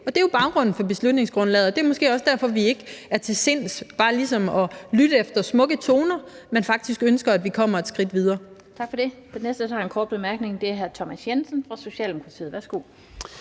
Det er jo baggrunden for beslutningsforslaget, og det er måske også derfor, vi ikke er til sinds bare ligesom at lytte efter smukke toner, men faktisk ønsker, at vi kommer et skridt videre.